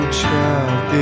child